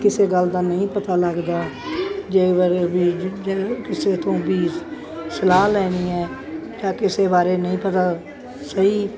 ਕਿਸੇ ਗੱਲ ਦਾ ਨਹੀਂ ਪਤਾ ਲੱਗਦਾ ਜੇ ਵਰ ਵੀ ਜਿ ਜੇ ਕਿਸੇ ਤੋਂ ਵੀ ਸਲਾਹ ਲੈਣੀ ਹੈ ਤਾਂ ਕਿਸੇ ਬਾਰੇ ਨਹੀਂ ਪਤਾ ਸਹੀ